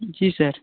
जी sir